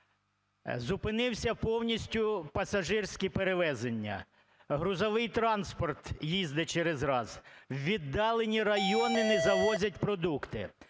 Зупинилися повністю пасажирські перевезення. Грузовий транспорт їздить через раз. У віддалені райони не завозять продукти.